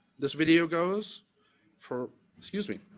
this video goes for excuse me.